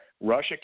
Russia